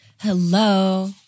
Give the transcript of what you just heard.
Hello